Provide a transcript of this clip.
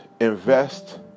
invest